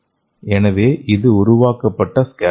எனவே இது உருவாக்கப்பட்ட ஸ்கேப்போல்டு